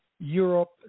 europe